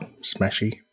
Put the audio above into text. Smashy